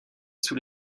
sous